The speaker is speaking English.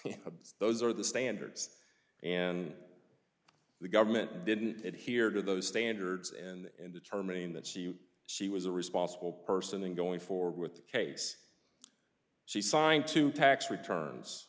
those are the standards and the government didn't get here to those standards and determining that she she was a responsible person in going forward with the case she signed two tax returns